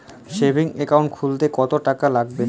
Savings account খুলতে কতটাকা লাগবে?